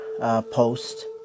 post